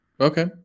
Okay